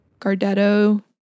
Gardetto